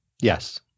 Yes